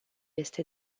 este